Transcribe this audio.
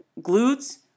glutes